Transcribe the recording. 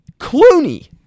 Clooney